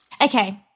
Okay